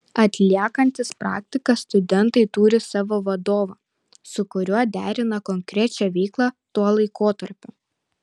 atliekantys praktiką studentai turi savo vadovą su kuriuo derina konkrečią veiklą tuo laikotarpiu